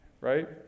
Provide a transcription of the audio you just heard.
Right